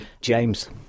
James